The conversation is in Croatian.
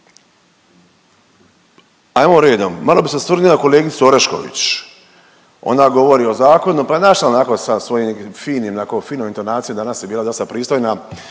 Hajmo redom. Malo bih se osvrnuo na kolegicu Orešković. Ona govori o zakonu pa znaš onako sa svojim finim, finom intonacijom. Danas je bila dosta pristojna,